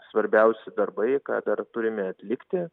svarbiausi darbai ką dar turime atlikti